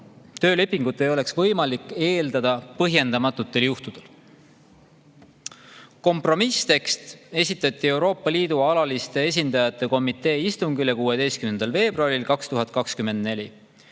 töölepingut ei eeldataks põhjendamatutel juhtudel. Kompromisstekst esitati Euroopa Liidu alaliste esindajate komitee istungil 16. veebruaril 2024.